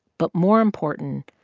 but more important,